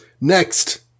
Next